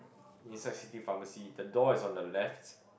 inside city pharmacy the door is on the left